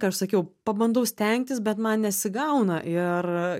ką aš sakiau pabandau stengtis bet man nesigauna ir